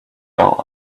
built